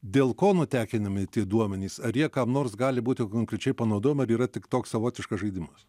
dėl ko nutekinimi tie duomenys ar jie kam nors gali būti konkrečiai panaudojam ar yra tik toks savotiškas žaidimas